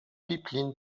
pipeline